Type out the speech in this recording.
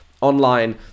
online